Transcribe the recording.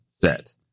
set